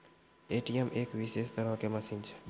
ATM एक विशेष तरहो के मशीन छै